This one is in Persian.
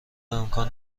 امکان